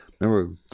remember